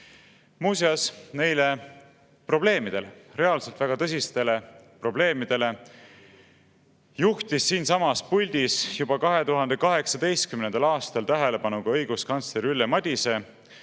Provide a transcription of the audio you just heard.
Muuseas, neile probleemidele, reaalselt väga tõsistele probleemidele juhtis siinsamas puldis juba 2018. aastal tähelepanu ka õiguskantsler Ülle Madise,